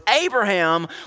Abraham